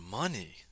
money